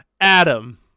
Adam